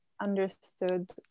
understood